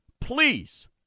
please